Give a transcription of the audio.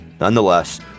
Nonetheless